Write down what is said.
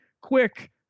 quick